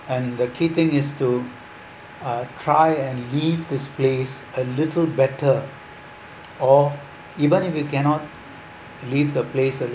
and the key thing is to uh cry and leave this place a little better or even if you cannot leave the place a